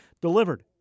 Delivered